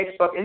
Facebook